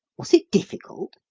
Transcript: was it difficult?